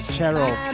Cheryl